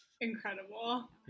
Incredible